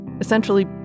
essentially